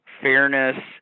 fairness